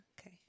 Okay